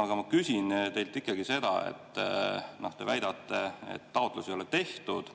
Aga ma küsin teilt sedasi. Te väidate, et taotlusi ei ole tehtud.